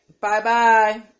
Bye-bye